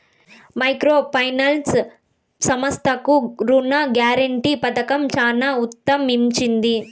micro finance సంస్థలకు రుణ guarantee పథకం చానా ఊతమిచ్చింది